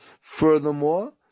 Furthermore